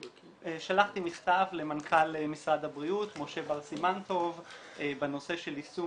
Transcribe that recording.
שלחתי מכתב למנכ"ל משרד הבריאות משה בר סימן טוב בנושא של יישום